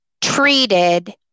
treated